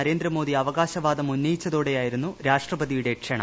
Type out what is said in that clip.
നരേന്ദ്രമോദി അവകാശവാദം ഉന്നയിച്ചതോടെയായിരുന്നു രാഷ്ട്രപതിയുടെ ക്ഷണം